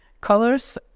colors